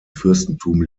fürstentum